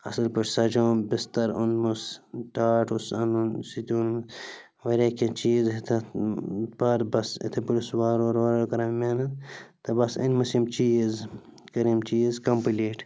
اَصٕل پٲٹھۍ سَجووُم بِستَر اوٚنمَس ٹاٹھ اوسُس اَنُن سُہ تہِ اوٚنُم واریاہ کیٚنہہ چیٖز ٲسۍ تَتھ پَرٕ بَس یِتھَے پٲٹھۍ اوسُس وارٕ وارٕ وارٕ وارٕ کران محنت تہٕ بَس أنۍمَس یِم چیٖز کٔرِم چیٖز کَمپٕلیٖٹ